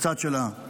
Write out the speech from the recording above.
בצד של הקיבוץ.